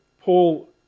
Paul